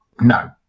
No